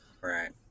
Right